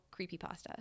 creepypasta